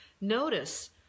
Notice